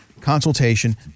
consultation